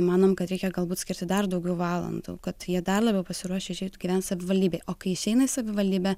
manom kad reikia galbūt skirti dar daugiau valandų kad jie dar labiau pasiruošę išeitų gyvent savivaldybėje o kai išeina į savivaldybę